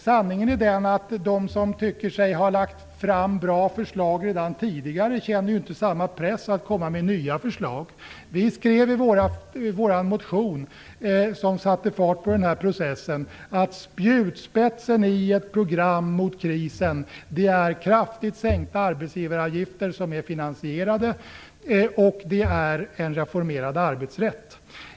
Sanningen är att den som tycker sig ha lagt fram bra förslag redan tidigare inte känner samma press att komma med nya förslag. Folkpartiet skrev i den motion som satte fart på denna process att spjutspetsen i ett program mot krisen är kraftigt sänkta arbetsgivaravgifter, som är finansierade, och en reformerad arbetsrätt.